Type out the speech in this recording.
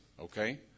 okay